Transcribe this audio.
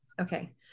Okay